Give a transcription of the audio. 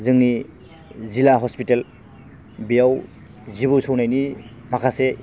जोंनि जिल्ला हस्पिटेल बेयाव जिबौ सौनायनि माखासे